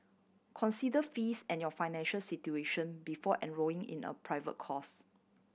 consider fees and your financial situation before enrolling in a private course